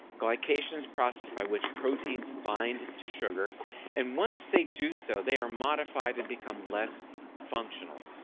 glycation process by which proteins bind to sugar and once they do so they are modified to become less functional.